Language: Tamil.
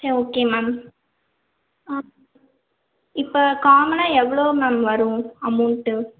சரி ஓகே மேம் ஆ இப்போ காமனாக எவ்வளோ மேம் வரும் அமௌண்ட்டு